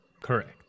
correct